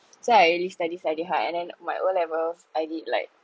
so I really study study hard and then my O levels I did like